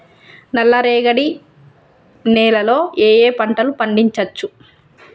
నల్లరేగడి నేల లో ఏ ఏ పంట లు పండించచ్చు?